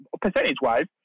percentage-wise